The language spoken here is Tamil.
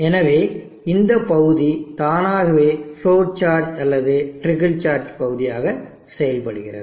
எனவே இந்த பகுதி தானாகவே ஃப்ளோட் சார்ஜ் அல்லது டிரிக்கிள் சார்ஜ் பகுதியாக செயல்படுகிறது